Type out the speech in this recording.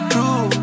True